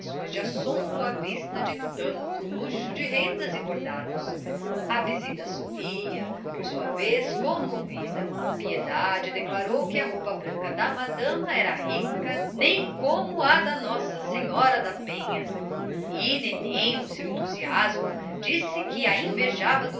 de assombro à vista de tanto luxo de rendas e bordados a visita sorria por sua vez comovida piedade declarou que a roupa branca da madama era rica nem como a da nossa senhora da penha e nenen no seu entusiasmo disse que a invejava